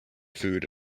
food